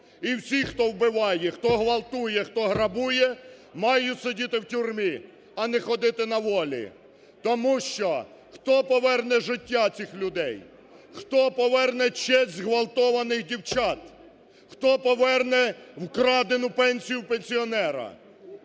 і всі, хто вбиває, хто ґвалтує, хто грабує, мають сидіти в тюрмі, а не ходити на волі. Тому що хто поверне життя цих людей, хто поверне честь зґвалтованих дівчат, хто поверне вкрадену пенсію у пенсіонера?